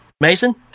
Mason